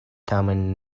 tamen